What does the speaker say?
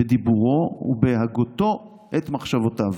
בדיבורו ובהגותו את מחשבותיו.